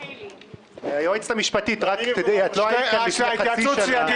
במקום עאידה תומא סלימאן --- התייעצות סיעתית.